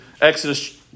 Exodus